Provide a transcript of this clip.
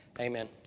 amen